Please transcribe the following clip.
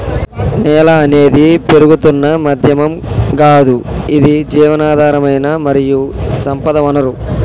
నేల అనేది పెరుగుతున్న మాధ్యమం గాదు ఇది జీవధారమైన మరియు సంపద వనరు